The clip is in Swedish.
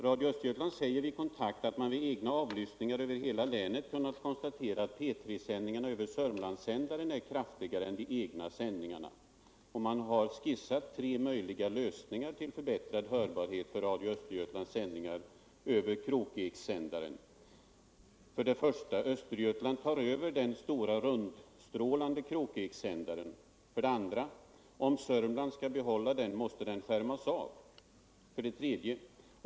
Radio Östergötland säger vid kontakt att man vid egna avlyssningar över hela Jänet kunnat konstatera att P 3-sändningarna över Sörmlandsändaren är kraftigare än de egna sändningarna. Man har skissat tre möjliga lösningar till förbättrad hörbarhet för Radio Östergötlands sändningar över Krokeksändaren: 1. Östergötland tar över den stora rundstrålande Krokeksändaren. 3.